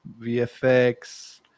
VFX